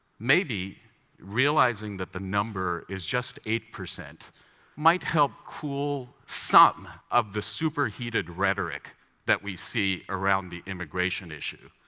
maybe realizing that the number is just eight percent might help cool some of the superheated rhetoric that we see around the immigration issue.